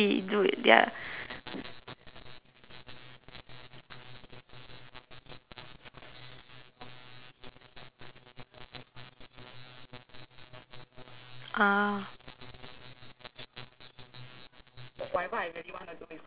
ah